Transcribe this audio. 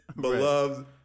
Beloved